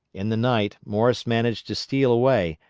in the night morris managed to steal away,